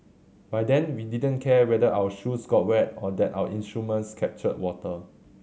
by then we didn't care whether our shoes got wet or that our instruments captured water